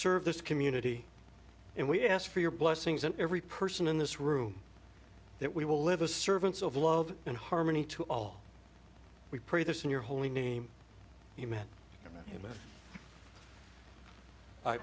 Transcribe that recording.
serve this community and we ask for your blessings and every person in this room that we will live the servants of love and harmony to all we pray this in your holy name amen